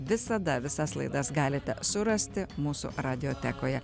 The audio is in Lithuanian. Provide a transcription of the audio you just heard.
visada visas laidas galite surasti mūsų radiotekoje